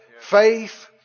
faith